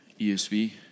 ESV